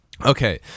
Okay